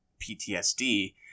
ptsd